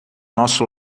nosso